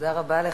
תודה רבה לך,